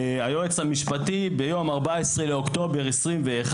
היועץ המשפטי, ביום ה-14 לאוקטובר 2021,